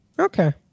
okay